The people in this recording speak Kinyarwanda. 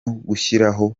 gushyiraho